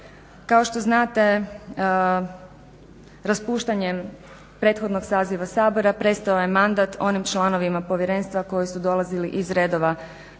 Kao što znate, raspuštanjem prethodnog saziva Sabora prestao je mandat onim članovima povjerenstva koji su dolazili iz redova